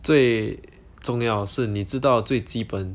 最重要是你知道最基本